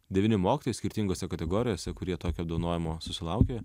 devyni mokytojai skirtingose kategorijose kurie tokio apdovanojimo susilaukė